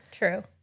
True